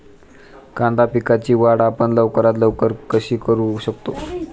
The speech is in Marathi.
कांदा पिकाची वाढ आपण लवकरात लवकर कशी करू शकतो?